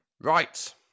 Right